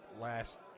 last